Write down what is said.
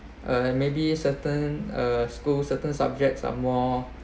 uh maybe certain uh school certain subjects are more